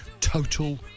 Total